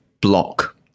block